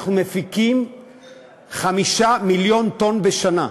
אנחנו מפיקים 5 מיליון טונות בשנה,